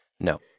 No